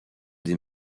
des